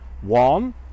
One